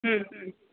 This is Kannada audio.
ಹ್ಞೂ ಹ್ಞೂ